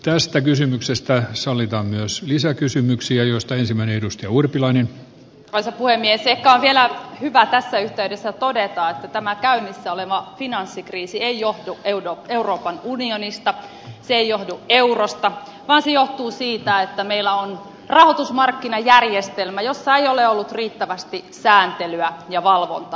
tästä kysymyksestä sallitaan myös lisäkysymyksiä joista ensimmäinen musta urpilainen kaisa puhemies jatkaa vielä hyvä tässä yhteydessä todeta että tämä käynnissä oleva finanssikriisi ei johdu euroopan unionista se ei johdu eurosta vaan se johtuu siitä että meillä on rahoitusmarkkinajärjestelmä jossa ei ole ollut riittävästi sääntelyä ja valvontaa